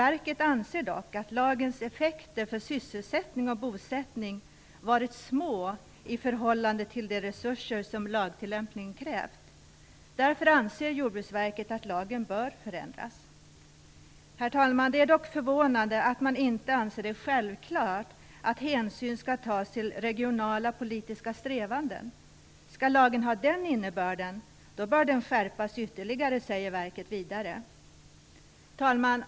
Verket anser dock att lagen effekter för sysselsättning och bosättning varit små i förhållande till de resurser som lagtillämpningen krävt. Därför anser Jordbruksverket att lagen bör förändras. Det är dock, herr talman, förvånande att man inte ser det som självklart att hänsyn skall tas till regionala politiska strävanden. Skall lagen ha den innebörden bör den, enligt Jordbruksverket, skärpas ytterligare. Herr talman!